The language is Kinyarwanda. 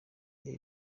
ibi